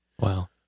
Wow